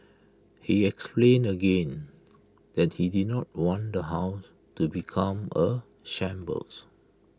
he explained again that he did not want the house to become A shambles